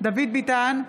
דוד ביטן,